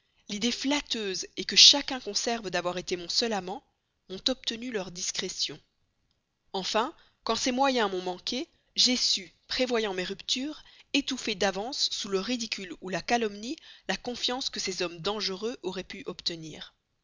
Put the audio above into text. l'idée flatteuse que chacun conserve d'avoir été mon seul amant m'ont obtenu leur discrétion enfin quand ces moyens m'ont manqué j'ai su prévoyant mes ruptures étouffer d'avance sous le ridicule ou la calomnie la confiance que ces hommes dangereux auraient pu obtenir